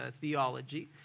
theology